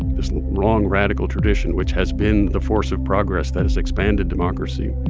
this long radical tradition, which has been the force of progress that has expanded democracy,